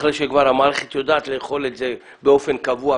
אחרי שכבר המערכת יודעת "לאכול את זה" באופן קבוע,